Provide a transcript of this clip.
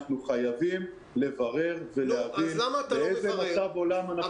אנחנו חייבים לברר ולהבין באיזה מצב עולם אנחנו נמצאים -- נו,